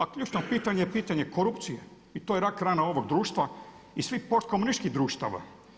A ključno pitanje je pitanje korupcije i to je rak rana ovog društva i svih post komunističkih društava.